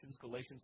Galatians